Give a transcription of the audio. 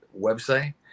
website